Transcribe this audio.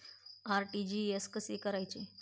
RTGS कसे करायचे?